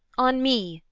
on me,